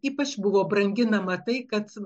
ypač buvo branginama tai kad